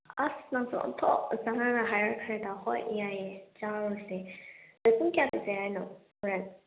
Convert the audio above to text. ꯑꯁ ꯅꯪꯁꯨ ꯑꯣꯟꯊꯣꯛꯅ ꯆꯥꯅꯅ ꯍꯥꯏꯔꯛꯈ꯭ꯔꯦꯗ ꯍꯣꯏ ꯌꯥꯏꯌꯦ ꯆꯥꯔꯨꯁꯦ ꯑꯗꯣ ꯄꯨꯡ ꯀꯌꯥ ꯆꯠꯁꯦ ꯍꯥꯏꯅꯣ ꯍꯣꯔꯦꯟ